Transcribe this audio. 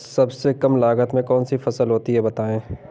सबसे कम लागत में कौन सी फसल होती है बताएँ?